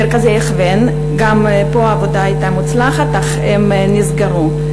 הכוון, גם פה העבודה הייתה מוצלחת, אך הם נסגרו.